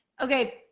okay